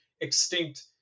extinct